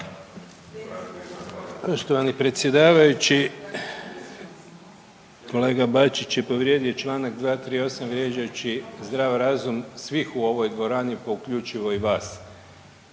Poštovani predsjedavajući kolega Bačić je povrijedio Članak 238. vrijeđajući zdrav razum svih u ovoj dvorani pa uključivo i vas.